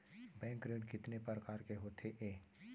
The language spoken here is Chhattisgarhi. बैंक ऋण कितने परकार के होथे ए?